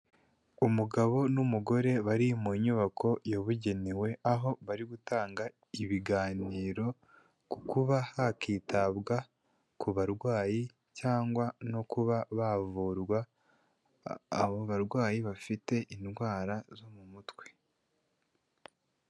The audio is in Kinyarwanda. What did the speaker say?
Umugabo n'umugore bari mu nyubako yabugenewe, aho bari gutanga ibiganiro ku kuba hakitabwa ku barwayi cyangwa no kuba bavurwa, abo barwayi bafite indwara zo mu mutwe.